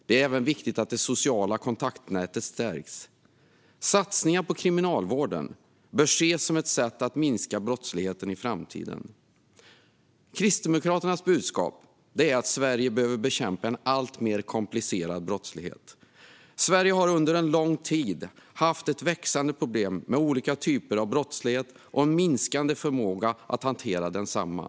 Det är även viktigt att det sociala kontaktnätet stärks. Satsningar på kriminalvården bör ses som ett sätt att minska brottsligheten i framtiden. Kristdemokraternas budskap är att Sverige behöver bekämpa en alltmer komplicerad brottslighet. Sverige har under lång tid haft ett växande problem med olika typer av brottslighet och en minskande förmåga att hantera desamma.